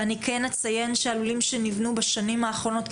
אני כן אציין שהלולים שנבנו בשנים האחרונות,